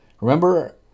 remember